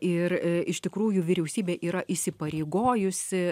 ir iš tikrųjų vyriausybė yra įsipareigojusi